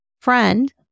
friend